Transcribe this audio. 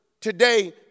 Today